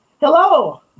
Hello